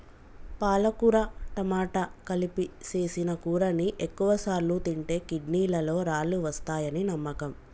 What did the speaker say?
పాలకుర టమాట కలిపి సేసిన కూరని ఎక్కువసార్లు తింటే కిడ్నీలలో రాళ్ళు వస్తాయని నమ్మకం